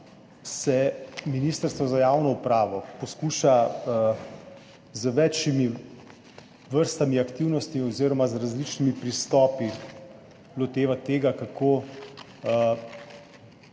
se Ministrstvo za javno upravo poskuša z več vrstami aktivnosti oziroma z različnimi pristopi lotevati tega, kako